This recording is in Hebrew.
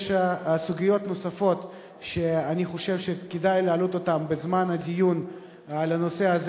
יש סוגיות נוספות שאני חושב שכדאי להעלות אותן בזמן הדיון על הנושא הזה